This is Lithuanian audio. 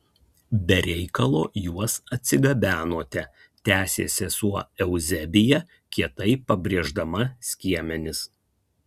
be reikalo juos atsigabenote tęsė sesuo euzebija kietai pabrėždama skiemenis